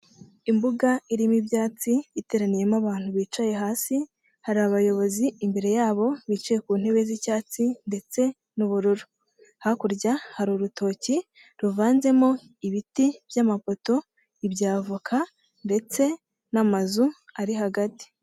Imbuga irimo ibyatsi iteraniyemo abantu bicaye hasi, hari abayobozi imbere yabo bicaye ku ntebe z'icyatsi ndetse n'ubururu, hakurya hari urutoki ruvanzemo ibiti by'amapoto, ibya avoka ndetse n'amazu ari hagati.